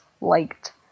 liked